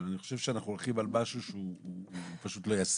אבל אני חושב שאנחנו הולכים על משהו שהוא פשוט לא ישים.